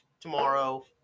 tomorrow